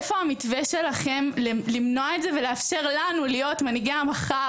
איפה המתווה שלכם למנוע את זה ולאפשר לנו להיות מנהיגי המחר,